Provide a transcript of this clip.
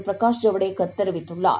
பிரகாஷ் ஜவடேகர் தெரிவித்துள்ளார்